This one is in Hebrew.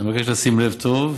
אני מבקש לשים לב טוב,